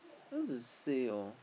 how to say orh